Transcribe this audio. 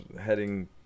heading